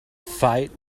fight